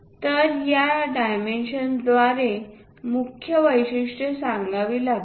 तर या डायमेन्शन्स द्वारे मुख्य वैशिष्ट्ये सांगावी लागतील